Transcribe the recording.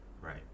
right